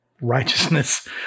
righteousness